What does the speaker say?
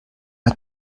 hat